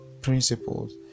principles